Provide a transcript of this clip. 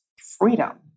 freedom